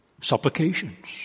supplications